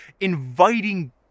inviting